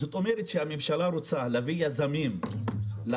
זאת אומרת שכשהממשלה רוצה להביא יזמים לפריפריה,